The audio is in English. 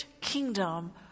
kingdom